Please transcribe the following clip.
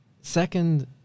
Second